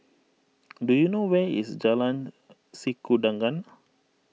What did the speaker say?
do you know where is Jalan Sikudangan